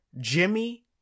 Jimmy